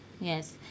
yes